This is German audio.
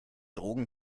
drogen